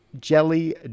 jelly